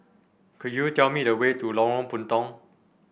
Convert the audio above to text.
could you tell me the way to Lorong Puntong